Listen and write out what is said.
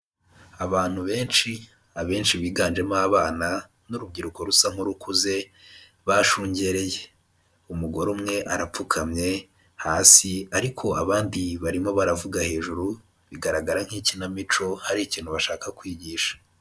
Abantu benshi, abenshi biganjemo abana n'urubyiruko rusa nk'urukuze bashungereye. Umugore umwe arapfukamye hasi ariko abandi barimo baravuga hejuru, bigaragara nk'ikinamico hari ikintu bashaka kwigisha.